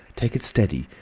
take it steady.